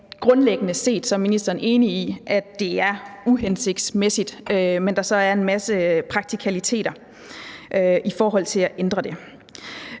grundlæggende set er enig i, at det er uhensigtsmæssigt, men at der så er en masse praktikaliteter i forhold til at ændre det.